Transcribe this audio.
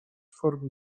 formie